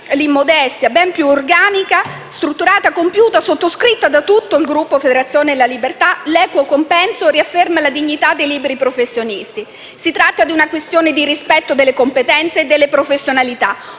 l'immodestia - ben più organica, strutturata, compiuta, sottoscritta da tutto il Gruppo Federazione della Libertà, l'equo compenso riafferma la dignità dei liberi professionisti. Si tratta di una questione di rispetto delle competenze e delle professionalità,